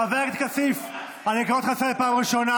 חבר הכנסת כסיף, אני קורא אותך לסדר פעם ראשונה.